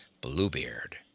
bluebeard